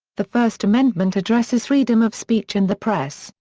the first amendment addresses freedom of speech and the press,